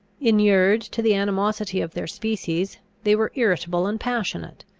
inured to the animosity of their species, they were irritable and passionate.